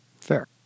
Fair